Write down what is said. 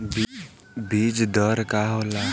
बीज दर का होला?